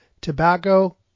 tobacco